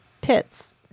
pits